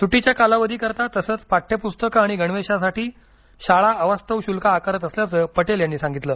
सुटीच्या कालावधीकरिता तसंच पाठ्यपुस्तकं आणि गणवेशासाठी शाळा अवास्तव शुल्क आकारत असल्याचं पटेल यांनी सांगितलं